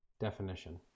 definition